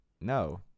no